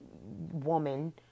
woman